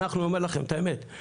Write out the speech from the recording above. אני אומר לכם את האמת,